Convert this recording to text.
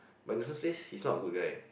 but in the first place he is not a good guy